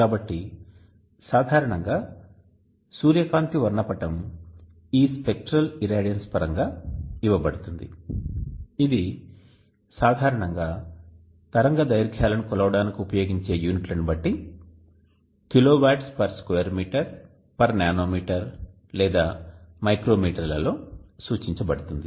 కాబట్టి సాధారణంగా సూర్యకాంతి వర్ణపటం ఈ స్పెక్ట్రల్ ఇరాడియన్స్ పరంగా ఇవ్వబడుతుంది ఇది సాధారణంగా తరంగదైర్ఘ్యాలను కొలవడానికి ఉపయోగించే యూనిట్లను బట్టి kilo watts per square metre per nanometre లేదా మైక్రో మీటర్ లలో సూచించబడుతుంది